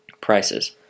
Prices